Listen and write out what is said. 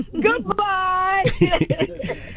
Goodbye